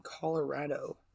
Colorado